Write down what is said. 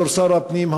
בתור שר הפנים,